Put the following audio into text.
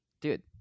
dude